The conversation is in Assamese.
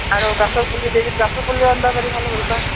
আৰু গছৰ পুলি দি গছৰ পুলিও আনিব পাৰিম অলপ ৰুব